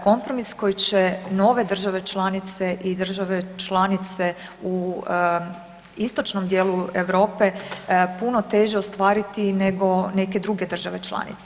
Kompromis koji će nove države članice i države članice u istočnom dijelu Europe puno teže ostvariti nego neke druge države članice.